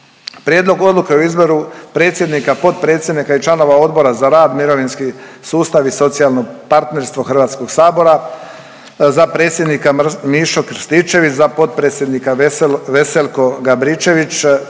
Prijedlog odluke o izboru predsjednika, potpredsjednika i članova Odbor za rad, mirovinski sustav i socijalno partnerstvo HS-a, za predsjednika Mišo Krstičević, za potpredsjednika Veselko Gabričević,